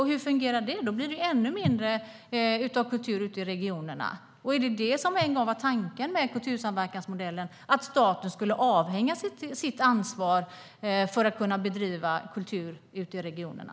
Hur fungerar det? Då blir det ännu mindre av kultur ute i regionerna. Var det en gång i tiden tanken med kultursamverkansmodellen att staten ska avhända sig sitt ansvar för att kunna bedriva kultur ute i regionerna?